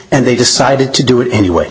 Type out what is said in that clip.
and they decided to do it anyway